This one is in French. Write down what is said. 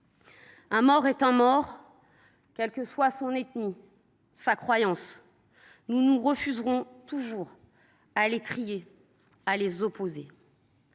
Un mort est un mort, quelle que soit son ethnie ou sa croyance. Nous refuserons toujours de les trier, de les opposer.